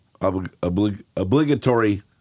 obligatory